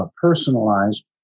personalized